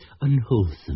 unwholesome